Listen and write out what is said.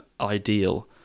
ideal